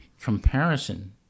comparison